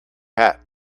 cat